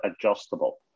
adjustable